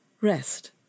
rest